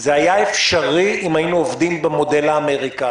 זה היה אפשרי אם היינו עובדים במודל האמריקני,